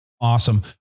Awesome